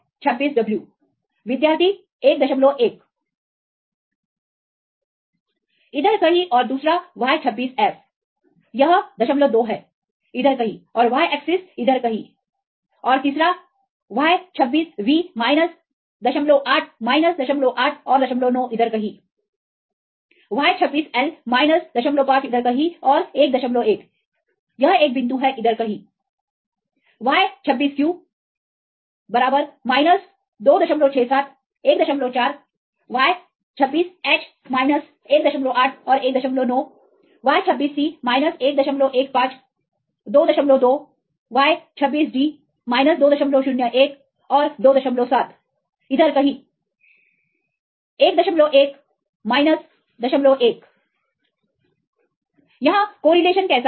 Y26W विद्यार्थी 11 इधर कहीं और दूसरा Y26F यह 02 है इधर कहीं और Y एक्सेस इधर कहीं और तीसरा Y26V 08 08 और 09 इधर कहींY26L 05 इधर कहीं और 11 यह एक बिंदु है इधर कहीं Y26Q 267 14 Y26H 18और19 Y26C 115 22 Y26D 201 और 27 इधर कहीं11 01 यहां कोरिलेशन कैसा है